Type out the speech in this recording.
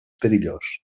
perillós